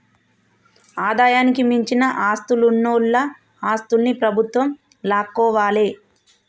ఆదాయానికి మించిన ఆస్తులున్నోల ఆస్తుల్ని ప్రభుత్వం లాక్కోవాలే